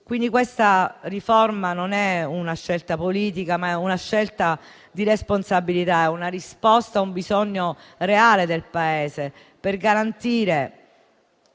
Questa riforma, quindi, non è una scelta politica, ma è una scelta di responsabilità; è una risposta a un bisogno reale del Paese per garantire